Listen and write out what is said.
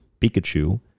Pikachu